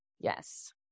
yes